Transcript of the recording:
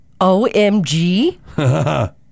OMG